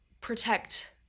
protect